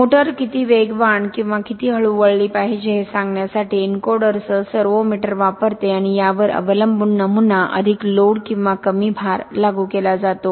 motor किती वेगवान किंवा किती हळू वळली पाहिजे हे सांगण्यासाठी एन्कोडरसह सर्व्होमोटर वापरते आणि यावर अवलंबून नमुना अधिक लोड किंवा कमी भार लागू केला जातो